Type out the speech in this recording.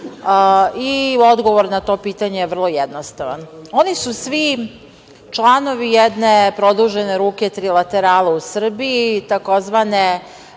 Odgovor na to pitanje je vrlo jednostavan - oni su svi članovi jedne produžene ruke trilaterale u Srbiji, tzv.